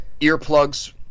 earplugs